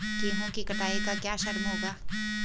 गेहूँ की कटाई का क्या श्रम होगा?